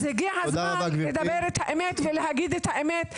אז הגיע הזמן לדבר את האמת ולהגיד את האמת,